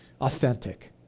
Authentic